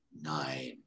nine